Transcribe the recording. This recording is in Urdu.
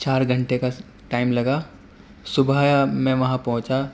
چار گھنٹے کا ٹائم لگا صبح میں وہاں پہنچا